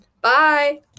Bye